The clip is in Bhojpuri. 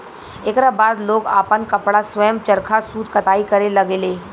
एकरा बाद लोग आपन कपड़ा स्वयं चरखा सूत कताई करे लगले